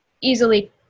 easily